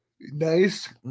nice